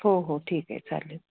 हो हो ठीक आहे चालेल